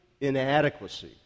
inadequacy